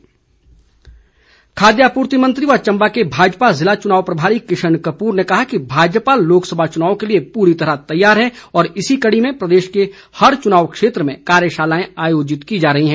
किशन कपूर खाद्य आपूर्ति मंत्री व चंबा के भाजपा जिला चुनाव प्रभारी किशन कपूर ने कहा है कि भाजपा लोकसभा चुनाव के लिए पूरी तरह तैयार है और इसी कड़ी में प्रदेश के प्रत्येक चुनाव क्षेत्र में कार्यशालाएं आयोजित की जा रही है